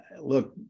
look